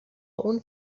اون